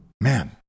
Man